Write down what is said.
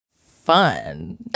fun